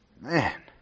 Man